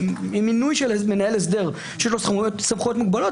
מינוי של מנהל הסדר שיהיו לו סמכויות מוגבלות,